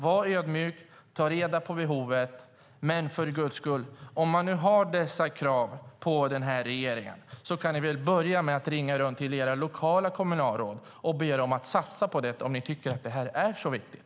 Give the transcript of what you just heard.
Var ödmjuk, ta reda på behovet, men för Guds skull, om ni nu har dessa krav på den här regeringen kan ni väl börja med att ringa runt till era lokala kommunalråd och be dem att satsa på detta, om ni tycker att det här är så viktigt.